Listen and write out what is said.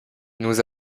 nous